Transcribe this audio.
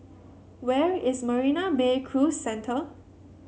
where is Marina Bay Cruise Centre